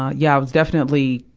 ah yeah, i was definitely,